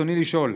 רצוני לשאול: